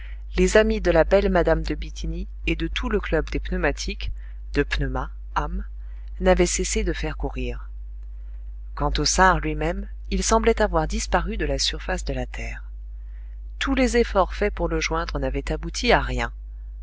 les amis de la belle mme de bithynie et de tout le club des pneumatiques de pneuma âme n'avaient cessé de faire courir quant au sâr lui-même il semblait avoir disparu de la surface de la terre tous les efforts faits pour le joindre n'avaient abouti à rien